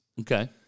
Okay